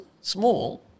Small